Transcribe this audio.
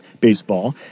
baseball